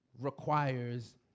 requires